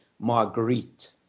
Marguerite